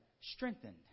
strengthened